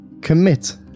commit